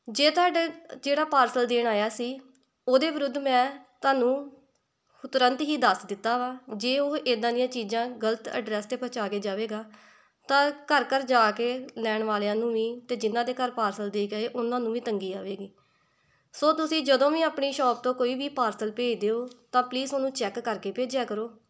ਜੇ ਤੁਹਾਡੇ ਜਿਹੜਾ ਪਾਰਸਲ ਦੇਣ ਆਇਆ ਸੀ ਉਹਦੇ ਵਿਰੁੱਧ ਮੈਂ ਤੁਹਾਨੂੰ ਤੁਰੰਤ ਹੀ ਦੱਸ ਦਿੱਤਾ ਵਾ ਜੇ ਉਹ ਇੱਦਾਂ ਦੀਆਂ ਚੀਜ਼ਾਂ ਗਲਤ ਐਡਰੈੱਸ 'ਤੇ ਪਹੁੰਚਾ ਕੇ ਜਾਵੇਗਾ ਤਾਂ ਘਰ ਘਰ ਜਾ ਕੇ ਲੈਣ ਵਾਲਿਆਂ ਨੂੰ ਵੀ ਅਤੇ ਜਿਨ੍ਹਾਂ ਦੇ ਘਰ ਪਾਰਸਲ ਦੇ ਗਏ ਉਹਨਾਂ ਨੂੰ ਵੀ ਤੰਗੀ ਆਵੇਗੀ ਸੋ ਤੁਸੀਂ ਜਦੋਂ ਵੀ ਆਪਣੀ ਸ਼ੋਪ ਤੋਂ ਕੋਈ ਵੀ ਪਾਰਸਲ ਭੇਜਦੇ ਹੋ ਤਾਂ ਪਲੀਸ ਉਹਨੂੰ ਚੈੱਕ ਕਰਕੇ ਭੇਜਿਆ ਕਰੋ